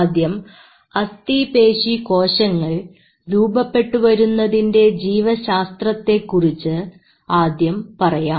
ആദ്യം അസ്ഥി പേശി കോശങ്ങൾ രൂപപ്പെട്ടുവരുന്നതിൻറെ ജീവശാസ്ത്രത്തെക്കുറിച്ച് ആദ്യം പറയാം